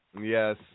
Yes